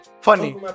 funny